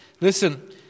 Listen